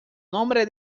nombre